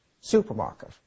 supermarket